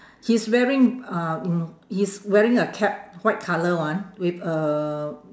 he's wearing uh mm he's wearing a cap white colour one with a